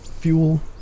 Fuel